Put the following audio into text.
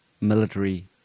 military